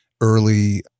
early